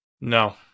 No